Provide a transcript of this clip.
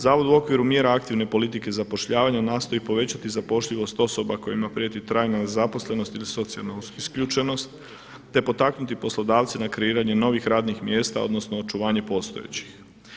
Zavod u okviru mjera aktivne politike i zapošljavanja nastoji povećati zapošljivost osoba kojima prijeti trajna nezaposlenost ili socijalne isključenost te potaknuti poslodavce na kreiranje novih radnih mjesta odnosno očuvanje postojećih.